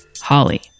HOLLY